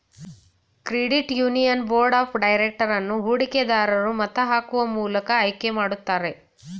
credit union board of director ಅನ್ನು ಹೂಡಿಕೆ ದರೂರು ಮತ ಹಾಕುವ ಮೂಲಕ ಆಯ್ಕೆ ಮಾಡುತ್ತಾರೆ